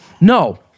No